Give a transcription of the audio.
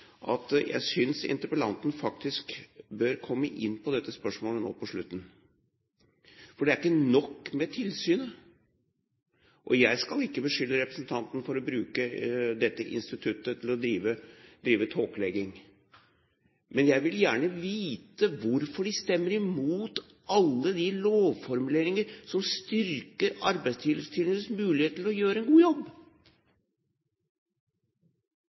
at jeg synes interpellanten faktisk bør komme inn på dette spørsmålet nå på slutten, for det er ikke nok med tilsynet. Jeg skal ikke beskylde representanten for å bruke dette instituttet til å drive tåkelegging, men jeg vil gjerne vite hvorfor de stemmer imot alle de lovformuleringer som styrker Arbeidstilsynets muligheter til å gjøre en god jobb.